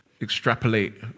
extrapolate